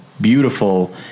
beautiful